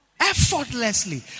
Effortlessly